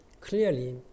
clearly